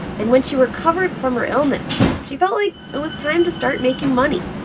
and when she recovered from her illness, she felt like it was time to start making money,